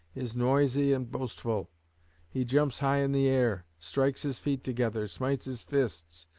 is noisy and boastful he jumps high in the air, strikes his feet together, smites his fists,